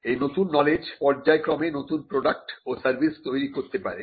এই নতুন নলেজ পর্যায়ক্রমে নতুন প্রোডাক্ট ও সার্ভিস তৈরি করতে পারে